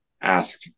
ask